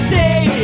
day